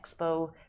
Expo